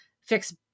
fix